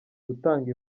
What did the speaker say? gutanga